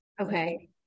Okay